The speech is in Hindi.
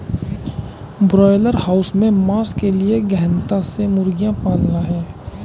ब्रॉयलर हाउस में मांस के लिए गहनता से मुर्गियां पालना है